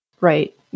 Right